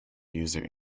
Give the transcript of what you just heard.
user